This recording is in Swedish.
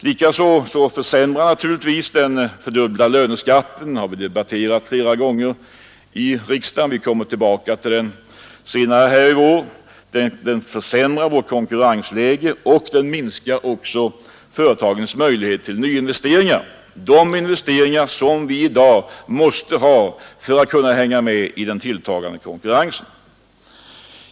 Likaså försämrar naturligtvis den fördubblade löneskatten — den har vi debatterat flera gånger här i riksdagen och vi kommer tillbaka till den senare i år — vårt konkurrensläge och minskar företagens möjligheter till nyinvesteringar, investeringar som vi måste ha för att kunna hänga med i den tilltagande konkurrensen.